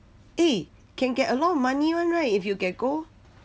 eh can get a lot of money [one] [right] if you get gold